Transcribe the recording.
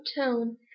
tone